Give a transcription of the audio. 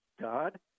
God